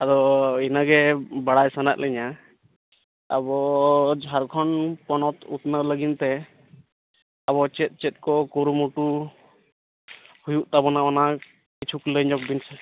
ᱟᱫᱚ ᱤᱱᱟᱹᱜᱮ ᱵᱟᱲᱟᱭ ᱥᱟᱱᱟᱭᱮᱫᱞᱤᱧᱟᱹ ᱟᱵᱚ ᱡᱷᱟᱲᱠᱷᱚᱸᱰ ᱯᱚᱱᱚᱛ ᱩᱛᱱᱟᱹᱣ ᱞᱟᱹᱜᱤᱫ ᱛᱮ ᱟᱵᱚ ᱪᱮᱫ ᱪᱮᱫ ᱠᱚ ᱠᱩᱨᱩᱢᱩᱴᱩ ᱦᱩᱭᱩᱜ ᱛᱟᱵᱚᱱᱟ ᱚᱱᱟ ᱠᱤᱪᱷᱩ ᱞᱟᱹᱭᱧᱚᱜ ᱵᱮᱱ ᱥᱮ